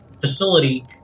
facility